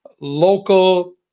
local